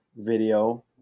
video